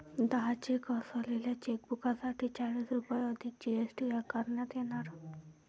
दहा चेक असलेल्या चेकबुकसाठी चाळीस रुपये अधिक जी.एस.टी आकारण्यात येणार